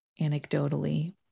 anecdotally